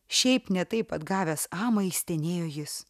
šiaip ne taip atgavęs amą išstenėjo jis